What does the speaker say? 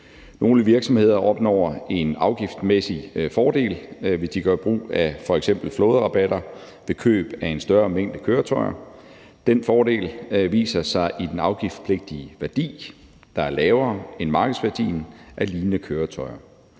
Nogle virksomheder opnår en afgiftsmæssig fordel, hvis de gør brug af f.eks. flåderabatter ved køb af en større mængde køretøjer. Den fordel viser sig i den afgiftspligtige værdi, der er lavere end markedsværdien af lignende køretøjer.